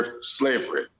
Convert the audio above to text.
Slavery